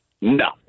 No